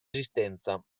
esistenza